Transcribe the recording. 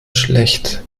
schlecht